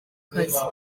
kazi